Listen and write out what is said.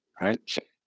right